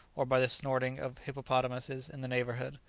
or by the snorting of hippopotamuses in the neighbourhood.